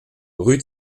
rue